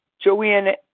Joanne